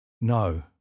No